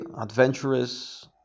adventurous